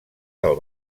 del